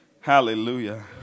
Hallelujah